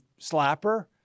slapper